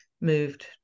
moved